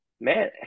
Man